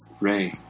Ray